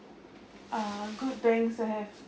uh good naks that have